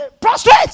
prostrate